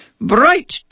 bright